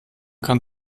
kann